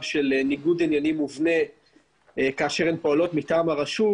של ניגוד עניינים מובנה כאשר הן פועלות מטעם הרשות